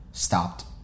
Stopped